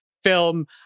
Film